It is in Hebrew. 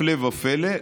הפלא ופלא,